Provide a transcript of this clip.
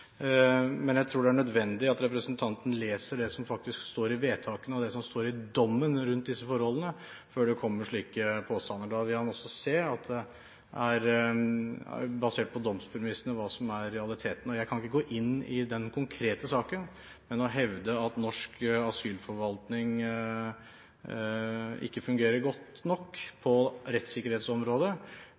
det er nødvendig at representanten leser det som faktisk står i vedtakene, og det som står i dommen om disse forholdene, før det kommer slike påstander. Da vil han også se at det som er realitetene, er basert på domspremissene. Jeg kan ikke gå inn i den konkrete saken, men å hevde at norsk asylforvaltning ikke fungerer godt nok på